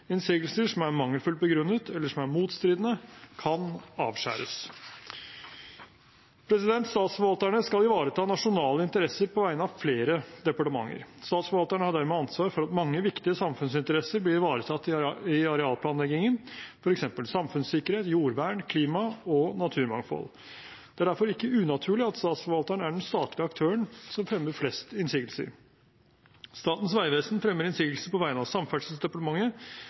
Innsigelser som er mangelfullt begrunnet eller motstridende, kan avskjæres. Statsforvalterne skal ivareta nasjonale interesser på vegne av flere departementer. Statsforvalteren har dermed ansvar for at mange viktige samfunnsinteresser blir ivaretatt i arealplanleggingen, f.eks. samfunnssikkerhet, jordvern, klima og naturmangfold. Det er derfor ikke unaturlig at Statsforvalteren er den statlige aktøren som fremmer flest innsigelser. Statens vegvesen fremmer innsigelser på vegne av Samferdselsdepartementet,